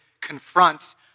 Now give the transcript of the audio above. confronts